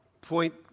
point